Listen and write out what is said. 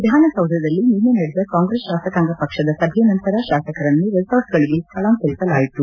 ವಿಧಾನಸೌಧದಲ್ಲಿ ನಿನ್ನೆ ನಡೆದ ಕಾಂಗ್ರೆಸ್ ಶಾಸಕಾಂಗ ಪಕ್ಷದ ಸಭೆ ನಂತರ ಶಾಸಕರನ್ನು ರೆಸಾರ್ಟ್ಗಳಿಗೆ ಸ್ಥಳಾಂತರಿಸಲಾಯಿತು